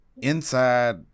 inside